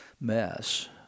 mess